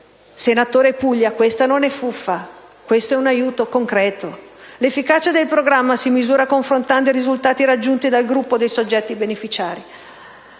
Senatore Puglia, questa non è "fuffa", questo è un aiuto concreto. L'efficacia del programma si misura confrontando i risultati raggiunti dal gruppo dei soggetti beneficiari.